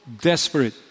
desperate